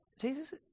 Jesus